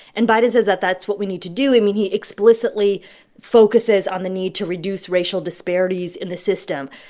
and biden says that that's what we need to do. i mean, he explicitly focuses on the need to reduce racial disparities in the system.